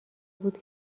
بود